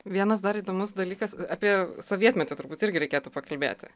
vienas dar įdomus dalykas apie sovietmetį turbūt irgi reikėtų pakalbėti